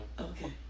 Okay